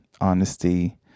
honesty